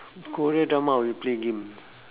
korean drama I will play game